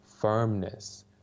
firmness